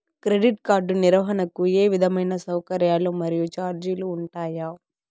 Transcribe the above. Credit card నిర్వహణకు ఏ విధమైన సౌకర్యాలు మరియు చార్జీలు ఉంటాయా?